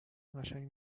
قشنگ